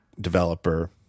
developer